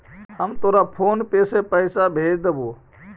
हम तोरा फोन पे से पईसा भेज देबो